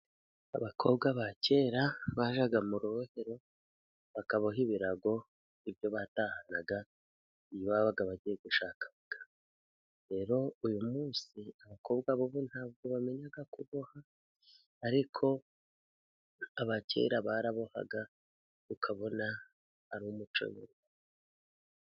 Abakobwa ba kera bajyaga mu rubohero bakaboha ibirago n'ibyo batahanaga iyo babaga bagiye gushaka abagabo, rero uyu munsi abakobwa bubu ntabwo bamenya kuboha, ariko aba kera barabohaga ukabona ari umuco mwiza.